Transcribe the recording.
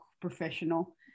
professional